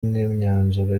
n’imyanzuro